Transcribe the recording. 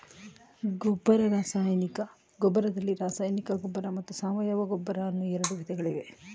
ಗೊಬ್ಬರದಲ್ಲಿ ರಾಸಾಯನಿಕ ಗೊಬ್ಬರ ಮತ್ತು ಸಾವಯವ ಗೊಬ್ಬರ ಅನ್ನೂ ಎರಡು ವಿಧಗಳಿವೆ